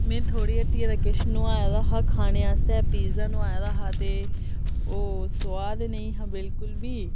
में थुआढ़ी हट्टियै दा किश नोआए दा हा खाने आस्तै पिज्जा नोआए दा हा ते ओह् सोआद नेईं हा बिलकुल बी